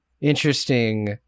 interesting